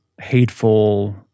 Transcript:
hateful